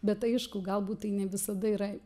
bet aišku galbūt tai ne visada yra